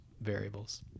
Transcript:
variables